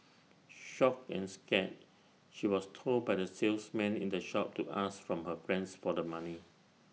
shocked and scared she was told by the salesman in the shop to ask from her friends for the money